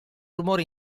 rumore